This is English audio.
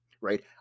right